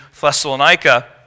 Thessalonica